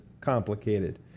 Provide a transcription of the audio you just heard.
complicated